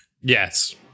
Yes